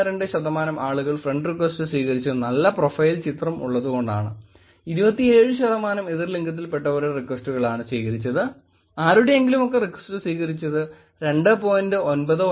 12 ശതമാനം ആളുകൾ friend request സ്വീകരിച്ചത് നല്ല പ്രൊഫൈൽ ചിത്രംഉള്ളതുകൊണ്ടാണ് 27 ശതമാനം എതിർ ലിംഗത്തിൽ പെട്ടവരുടെ റിക്വസ്റ്റുകളാണ് സ്വീകരിച്ചത് ആരുടെയെങ്കിലുമൊക്കെ റിക്വസ്റ്റ് സ്വീകരിച്ചർ 2